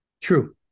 true